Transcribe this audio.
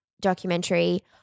documentary